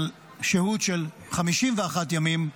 על שהות של 51 ימים,